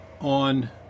on